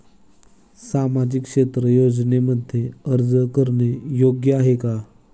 सामाजिक क्षेत्र योजनांमध्ये अर्ज करणे योग्य आहे का?